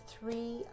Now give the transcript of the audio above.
Three